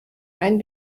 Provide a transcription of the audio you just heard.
rein